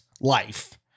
life